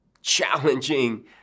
challenging